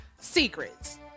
secrets